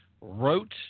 wrote